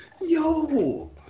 Yo